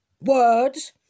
Words